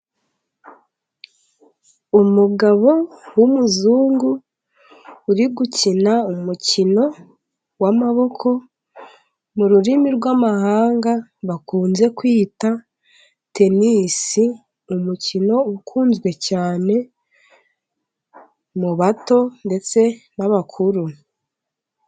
Umugabo w'umuzungu uri gukina umukino w'amaboko mu rurimi rw'amahanga bakunze kwita tenisi, umukino ukunzwe cyane mu bato ndetse n'abakuru.